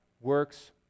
works